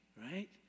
Right